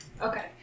Okay